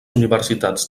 universitats